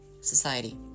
society